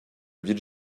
ville